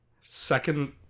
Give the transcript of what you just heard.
Second